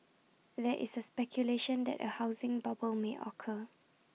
there is A speculation that A housing bubble may occur